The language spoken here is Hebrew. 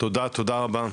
תודה רבה.